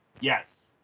Yes